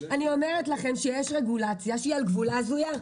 אני אומרת לכם שיש רגולציה שהיא על גבול ההזויה.